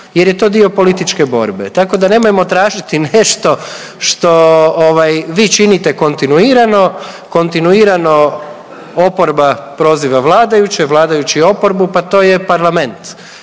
jer je to dio političke borbe, tako da nemojmo tražiti nešto što ovaj vi činite kontinuirano, kontinuirano oporba proziva vladajuće, vladajući oporbu, pa to je parlament